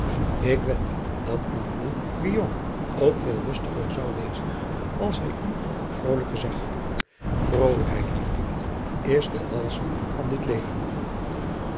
k wed dat uw broêr ook veel lustiger zou zijn als hij u ook vrolijker zag rolijkheid lief kind is de balsem van dit leven